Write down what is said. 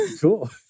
Cool